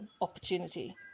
opportunity